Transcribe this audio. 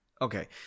Okay